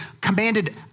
commanded